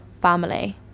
family